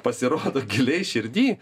pasirodo giliai širdy